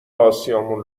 آسیامون